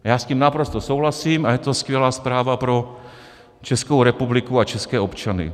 Já s tím naprosto souhlasím a je to skvělá zpráva pro Českou republiku a české občany.